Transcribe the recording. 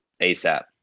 ASAP